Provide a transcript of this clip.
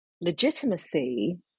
legitimacy